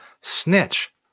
snitch